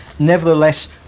Nevertheless